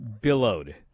billowed